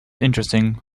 interesting